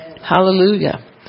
hallelujah